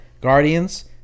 Guardians